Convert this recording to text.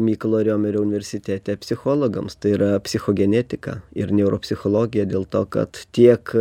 mykolo riomerio universitete psichologams tai yra psichogenetika ir neuropsichologija dėl to kad tiek